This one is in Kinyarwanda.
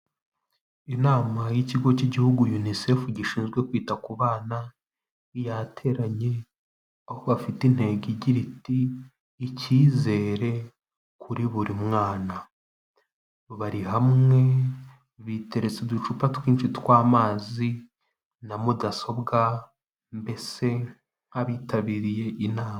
Inama y'ikigo cy'igihugu Yunisefu gishinzwe kwita ku bana yateranye aho bafite intego igira iti: icyizere kuri buri mwana bari hamwe biteretse uducupa twinshi tw'amazi na mudasobwa mbese nk'abitabiriye inama.